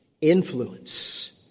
influence